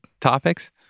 topics